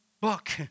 book